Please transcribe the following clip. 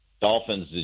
dolphins